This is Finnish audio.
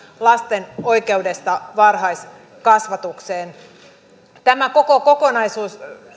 lasten oikeudesta varhaiskasvatukseen tämä koko kokonaisuus